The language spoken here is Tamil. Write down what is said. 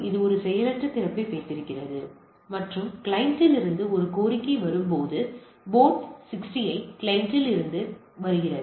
இது ஒரு செயலற்ற திறப்பை வைத்திருக்கிறது மற்றும் கிளையண்டிலிருந்து ஒரு கோரிக்கை வரும்போது போர்ட் 68 கிளையண்ட்டில் இலிருந்து இருந்து வருகிறது